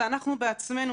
ואנחנו בעצמנו,